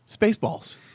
Spaceballs